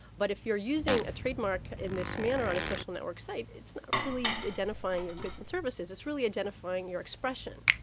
but if you're using a trademark in this manner on a social network site, it's not really identifying your goods and services, it's really identifying your expression.